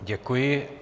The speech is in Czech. Děkuji.